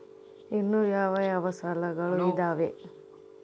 ಇನ್ನು ಯಾವ ಯಾವ ಸಾಲಗಳು ಇದಾವೆ?